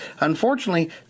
Unfortunately